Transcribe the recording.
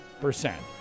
percent